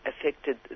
affected